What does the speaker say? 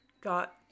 got